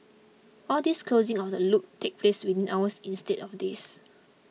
all this closing of the loop took place within hours instead of days